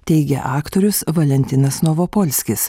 teigia aktorius valentinas novopolskis